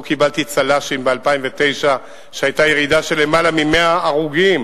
לא קיבלתי צל"שים ב-2009 כשהיתה ירידה של למעלה מ-100 הרוגים